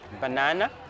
banana